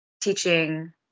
teaching